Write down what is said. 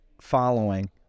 following